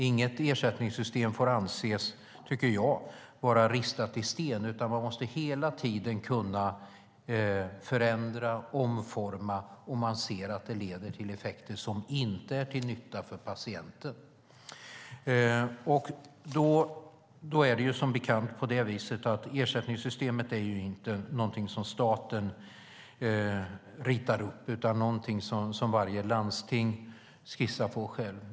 Inget ersättningssystem får anses, tycker jag, vara ristat i sten, utan man måste hela tiden kunna förändra och omforma om man ser att det leder till effekter som inte är till nytta för patienten. Som bekant är ersättningssystemet inte något som staten ritar upp, utan det är något som varje landsting skissar på själv.